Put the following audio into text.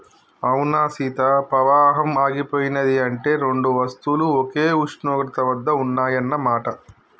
అవునా సీత పవాహం ఆగిపోయినది అంటే రెండు వస్తువులు ఒకే ఉష్ణోగ్రత వద్ద ఉన్నాయన్న మాట